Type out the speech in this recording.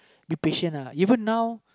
be patient uh even now